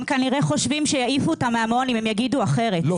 הם כנראה חושבים שיעיפו אותם מהמעון אם הם יגידו אחרת,